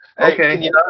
Okay